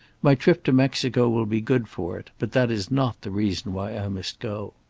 my trip to mexico will be good for it, but that is not the reason why i must go.